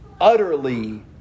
utterly